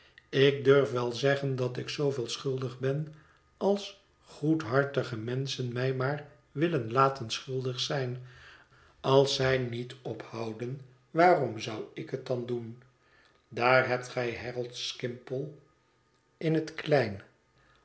ik durf wel zeggen dat ik zooveel schuldig ben als goedhartige menschen mij maar willen laten schuldig zijn als zij niet ophouden waarom zou ik het dan doen daar hebt gij harold skimpole in het klein